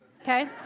Okay